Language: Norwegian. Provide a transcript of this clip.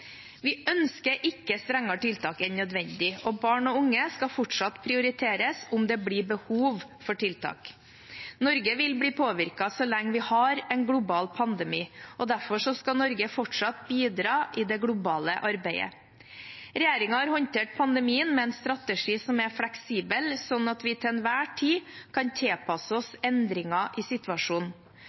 Vi ønsker ikke strengere tiltak enn nødvendig, og barn og unge skal fortsatt prioriteres om det blir behov for tiltak. Norge vil bli påvirket så lenge vi har en global pandemi. Derfor skal Norge fortsatt bidra i det globale arbeidet. Regjeringen har håndtert pandemien med en strategi som er fleksibel, sånn at vi til enhver tid kan tilpasse oss endringer i situasjonen.